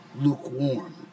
lukewarm